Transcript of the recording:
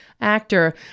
actor